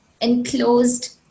enclosed